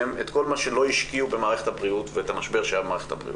את כל מה שלא השקיעו במערכת הבריאות ואת המשבר שהיה במערכת הבריאות.